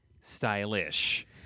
stylish